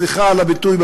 סליחה על הביטוי,